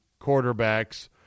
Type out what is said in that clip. quarterbacks